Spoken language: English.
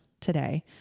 today